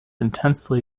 intensively